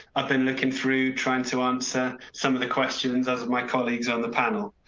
i've been looking through trying to answer some of the questions as my colleagues on the panel.